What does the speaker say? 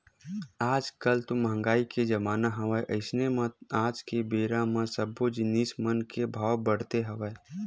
आज कल तो मंहगाई के जमाना हवय अइसे म आज के बेरा म सब्बो जिनिस मन के भाव बड़हे हवय